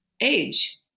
age